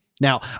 Now